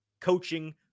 coaching